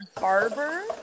barber